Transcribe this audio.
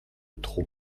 trop